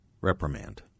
reprimand